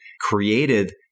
created